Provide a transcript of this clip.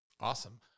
Awesome